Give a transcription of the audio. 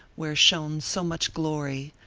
where shone so much glory,